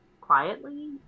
quietly